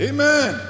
Amen